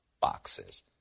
boxes